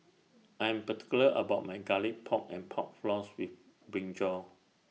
I'm particular about My Garlic Pork and Pork Floss with Brinjal